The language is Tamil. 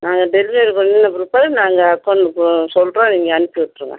நாங்கள் டெலிவரி பண்ணின பிற்பாடு நாங்கள் அக்கௌண்ட்க்கு சொல்கிறோம் நீங்கள் அனுப்பி விட்டுருங்க